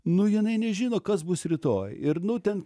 nu jinai nežino kas bus rytoj ir nu ten